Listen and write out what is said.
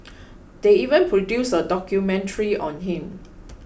they even produced a documentary on him